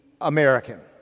American